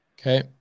Okay